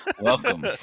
Welcome